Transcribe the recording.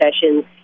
sessions